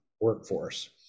workforce